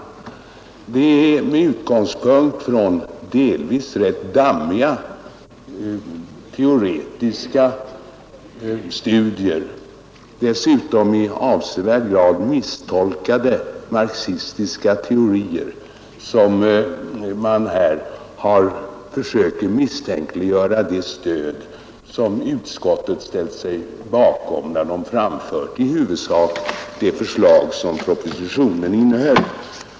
Inrättande av Det är med utgångspunkt i delvis ganska dimmiga teoretiska studier — FSS exportråd, m.m. och dessutom i avsevärd grad misstolkade marxistiska teorier — som man här försöker misstänkliggöra det stöd som utskottet har ställt sig bakom, när utskottet har framfört i huvudsak de förslag som propositionen innehåller.